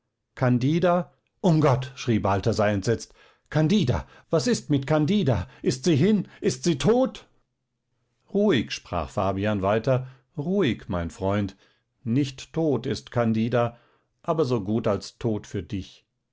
candida um gott schrie balthasar entsetzt candida was ist mit candida ist sie hin ist sie tot ruhig sprach fabian weiter ruhig mein freund nicht tot ist candida aber so gut als tot für dich